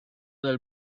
dei